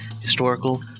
historical